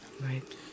Right